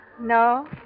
No